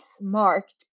marked